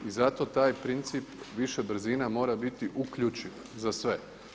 I zato taj princip više brzina mora biti uključiv za sve.